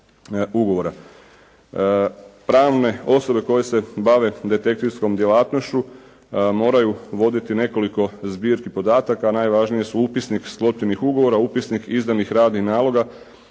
Pravne osobe koje se bave detektivskom djelatnošću moraju voditi nekoliko zbirki podataka. Najvažnije su upisnik slotivnih ugovora, upisnik izdanih radnih naloga